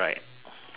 got it